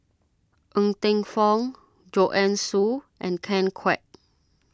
Ng Teng Fong Joanne Soo and Ken Kwek